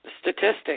statistics